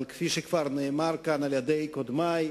אבל כפי שכבר נאמר כאן על-ידי קודמי,